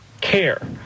Care